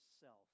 self